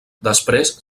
després